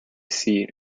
seat